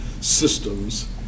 systems